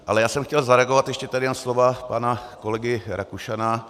Ale já jsem chtěl zareagovat ještě tady na slova pana kolegy Rakušana.